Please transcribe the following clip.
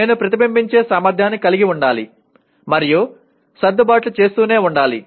నేను ప్రతిబింబించే సామర్థ్యాన్ని కలిగి ఉండాలి మరియు సర్దుబాట్లు చేస్తూనే ఉండాలి